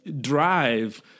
drive